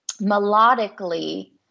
melodically